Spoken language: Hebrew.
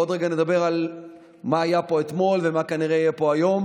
ועוד רגע נדבר על מה שהיה פה אתמול ומה כנראה יהיה פה היום,